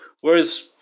Whereas